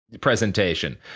presentation